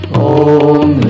om